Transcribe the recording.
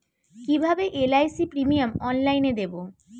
কিভাবে LIC premium অনলাইনে দেবো?